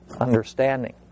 understanding